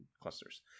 clusters